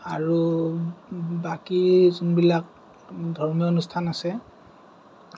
আৰু বাকী যোনবিলাক ধৰ্মীয় অনুষ্ঠান আছে